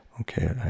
okay